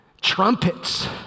Trumpets